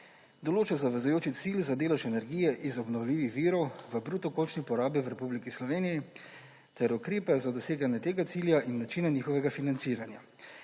Določa zavezujoči cilj za delež energije iz obnovljivih virov energije v bruto končni porabi v Republiki Sloveniji ter ukrepe za doseganje tega cilja in načina njihovega financiranja.